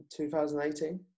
2018